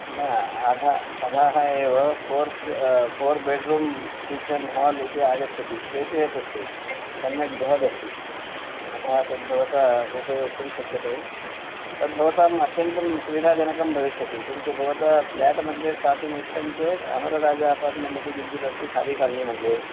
न अध अधः एव four four bedroom kitchen hall इति आगच्छति स्पेशियस् अस्ति सम्यग्बृहदस्ति अतः तद्भवता उपयोक्तुं शक्यते तद्भवताम् अत्यन्तं सुविधाजनकं भविष्यति किन्तु भवता फ़्लेट् मध्ये स्थातुम् इष्टं चेत् अमरराजा अपार्ट्मेन्ट् इति किञ्चिदस्ति खादी कालनि मध्ये